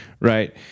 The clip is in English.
Right